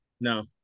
No